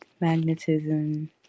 magnetism